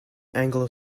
anglo